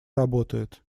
работает